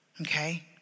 okay